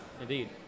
Indeed